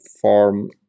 form